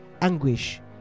anguish